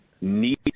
need –